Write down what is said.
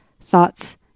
thoughts